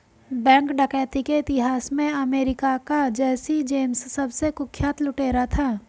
bank डकैती के इतिहास में अमेरिका का जैसी जेम्स सबसे कुख्यात लुटेरा था